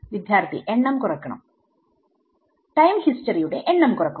വിദ്യാർത്ഥി എണ്ണം കുറക്കണം ടൈം ഹിസ്റ്ററി യുടെ എണ്ണം കുറക്കുക